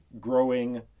growing